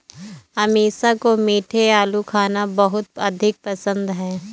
अमीषा को मीठे आलू खाना बहुत अधिक पसंद है